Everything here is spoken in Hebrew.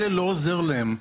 כלא לא עוזר להם.